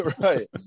right